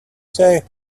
say